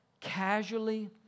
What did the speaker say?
casually